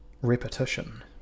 Repetition